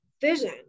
vision